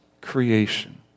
creation